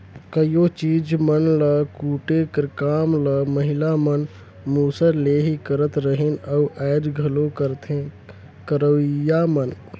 कइयो चीज मन ल कूटे कर काम ल महिला मन मूसर ले ही करत रहिन अउ आएज घलो करथे करोइया मन